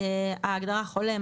ההגדרה ""חולה",